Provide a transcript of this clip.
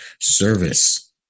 service